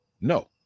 No